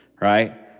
right